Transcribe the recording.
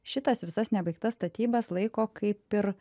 šitas visas nebaigtas statybas laiko kaip ir